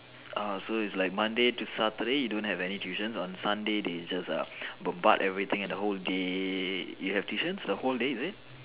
oh so is like Monday to Saturday you don't have any tuitions on Sunday they just err bombard everything at the whole day you have tuitions the whole day is it